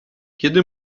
kiedy